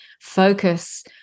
focus